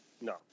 No